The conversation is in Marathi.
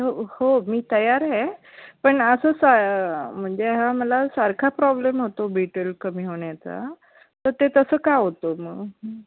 हो हो मी तयार आहे पण असं सा म्हणजे हा मला सारखा प्रॉब्लेम होतो बी ट्वेल कमी होण्याचा तर ते तसं का होतं मग